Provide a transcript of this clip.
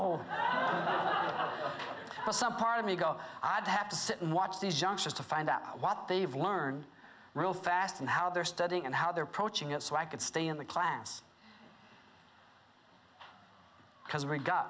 for some part of me go i'd have to sit and watch these youngsters to find out what they've learned real fast and how they're studying and how they're pro choice yet so i could stay in the class because we've got